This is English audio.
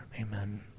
amen